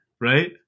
right